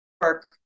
work